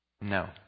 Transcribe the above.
No